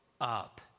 up